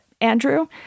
Andrew